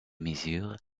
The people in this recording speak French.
mesures